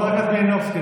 חברת הכנסת מלינובסקי,